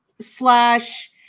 Slash